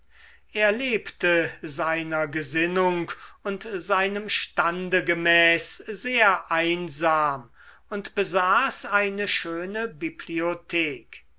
er lebte seiner gesinnung und seinem stande gemäß sehr einsam und besaß eine schöne bibliothek